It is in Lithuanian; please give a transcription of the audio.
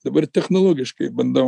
dabar technologiškai bandau